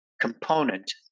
component